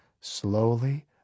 slowly